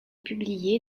publiée